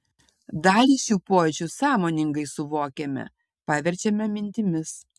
dalį šių pojūčių sąmoningai suvokiame paverčiame mintimis